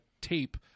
tape